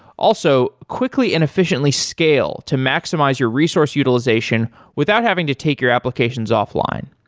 also, quickly and efficiently scale to maximize your resource utilization without having to take your applications offline.